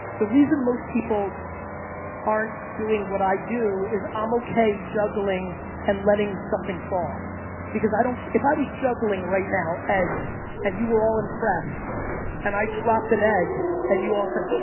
the reason most people aren't doing what i do is i'm okay juggling and letting something fall because i don't. if i was juggling right now, eggs and you were all impressed and i dropped an egg and you all said